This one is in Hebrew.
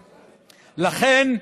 לכן,